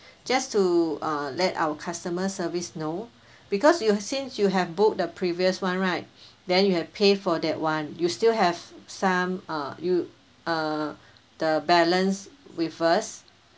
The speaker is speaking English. just to uh let our customer service know because you since you have book the previous one right then you have pay for that one you still have some uh you uh the balance we first